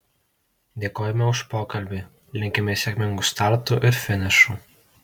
dėkojame už pokalbį linkime sėkmingų startų ir finišų